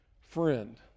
friend